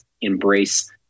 embrace